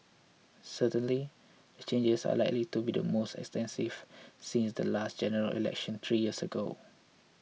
certainly the changes are likely to be the most extensive since the last General Election three years ago